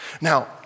Now